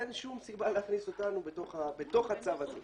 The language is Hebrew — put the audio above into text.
אין שום סיבה להכניס אותנו לתוך הצו הזה.